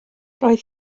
roedd